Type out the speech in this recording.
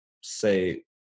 say